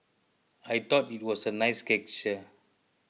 I thought it was a nice gesture